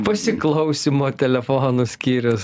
pasiklausymo telefonu skyrius